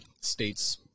states